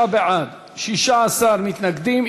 49 בעד, 16 מתנגדים.